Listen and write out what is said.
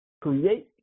create